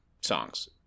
songs